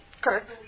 Correct